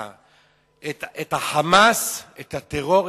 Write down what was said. את ה"חמאס", את הטרור?